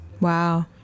Wow